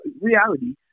reality